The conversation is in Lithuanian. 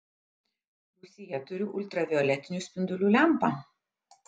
rūsyje turiu ultravioletinių spindulių lempą